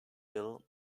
ill